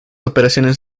operaciones